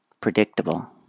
predictable